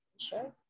sure